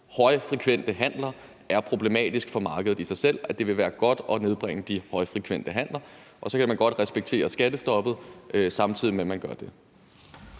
højfrekvente handler er problematisk for markedet i sig selv, men det vil være godt at nedbringe de højfrekvente handler, og så kan man godt respektere skattestoppet, samtidig med at man gør det.